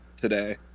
today